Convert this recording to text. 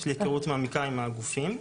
יש לי היכרות מעמיקה עם הגופים.